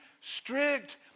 strict